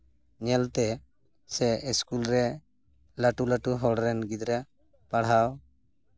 ᱧᱮᱞᱛᱮ ᱥᱮ ᱤᱥᱠᱩᱞ ᱨᱮ ᱞᱟᱹᱴᱩ ᱞᱟᱹᱴᱩ ᱦᱚᱲ ᱨᱮᱱ ᱜᱤᱫᱽᱨᱟᱹ ᱯᱟᱲᱦᱟᱣ